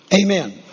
Amen